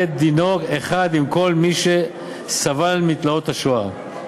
יהיה דינו אחד עם כל מי שסבל מתלאות השואה.